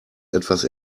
etwas